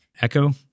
Echo